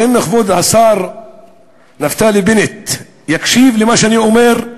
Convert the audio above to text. ואם כבוד השר נפתלי בנט יקשיב למה שאני אומר,